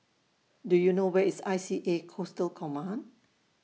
Do YOU know Where IS I C A Coastal Command